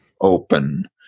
open